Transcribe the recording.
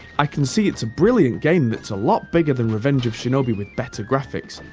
i can see it's a brilliant game that's a lot bigger than revenge of shinobi with better graphics.